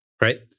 Right